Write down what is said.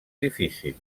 difícil